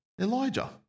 Elijah